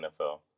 nfl